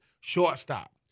shortstop